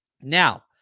Now